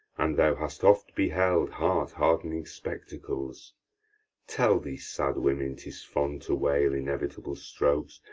and thou hast oft beheld heart-hard'ning spectacles tell these sad women tis fond to wail inevitable strokes,